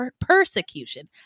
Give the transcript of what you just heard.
persecution